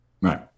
Right